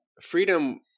freedom